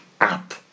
up